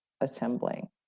assembling